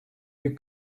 you